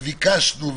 וביקשנו,